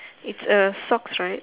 it's a socks right